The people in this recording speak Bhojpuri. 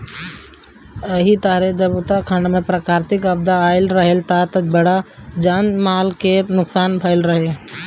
एही तरे जब उत्तराखंड में प्राकृतिक आपदा आईल रहे त बड़ा जान माल के नुकसान भईल रहे